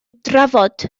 drafod